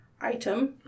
item